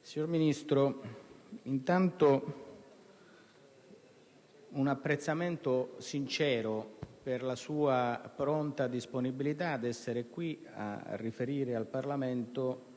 signor Ministro, esprimo innanzitutto un apprezzamento sincero per la sua pronta disponibilità ad essere qui a riferire al Parlamento